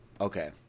Okay